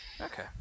Okay